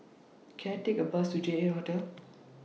Can I Take A Bus to J eight Hotel